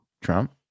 trump